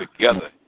together